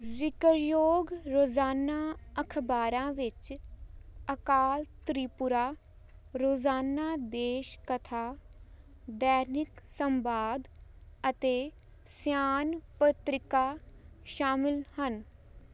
ਜ਼ਿਕਰਯੋਗ ਰੋਜ਼ਾਨਾ ਅਖ਼ਬਾਰਾਂ ਵਿੱਚ ਅਕਾਲ ਤ੍ਰਿਪੁਰਾ ਰੋਜ਼ਾਨਾ ਦੇਸ਼ ਕਥਾ ਦੈਨਿਕ ਸੰਵਾਦ ਅਤੇ ਸਿਆਨ ਪੱਤ੍ਰਿਕਾ ਸ਼ਾਮਲ ਹਨ